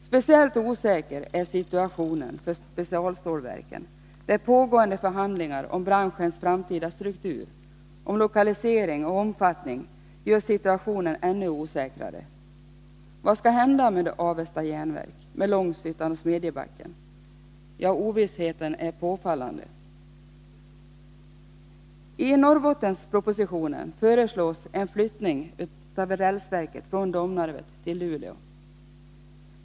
Speciellt osäker är situationen för specialstålverken, där pågående förhandlingar om branschens framtida struktur, lokalisering och omfattning gör situationen ännu osäkrare. Vad skall hända Avesta Jernverk, med Långshyttan och Smedjebacken? Ovissheten är påfallande. I Norrbottenspropositionen föreslås en flyttning av rälsverket från Domnarvet till Luleå.